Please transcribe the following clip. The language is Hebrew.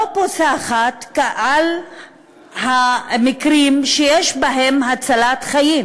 לא פוסחת על המקרים שיש בהם הצלת חיים.